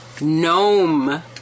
gnome